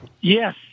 Yes